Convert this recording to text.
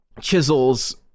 chisels